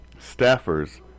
staffers